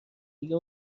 دیگه